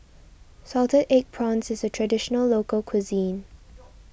Salted Egg Prawns is a Traditional Local Cuisine